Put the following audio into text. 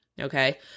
okay